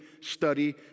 study